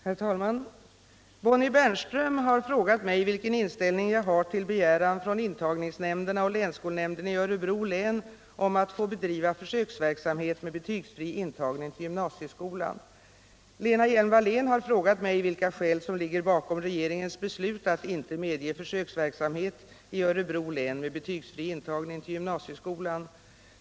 Herr talman! Bonnie Bernström har frågat mig vilken inställning jag har till begäran från intagningsnämnderna och länsskolnämnden i Örebro län om att få bedriva försöksverksamhet med betygsfri intagning till gymnasieskolan. Lena Hjelm-Wallén har frågat mig vilka skäl som ligger bakom regeringens beslut att inte medge försöksverksamhet i Örebro län med betygsfri intagning till gymnasieskolan.